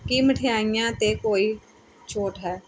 ਕੀ ਮਿਠਾਈਆਂ 'ਤੇ ਕੋਈ ਛੋਟ ਹੈ